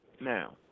Now